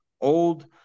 old